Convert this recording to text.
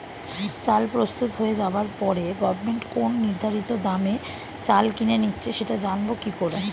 চাল প্রস্তুত হয়ে যাবার পরে গভমেন্ট কোন নির্ধারিত দামে চাল কিনে নিচ্ছে সেটা জানবো কি করে?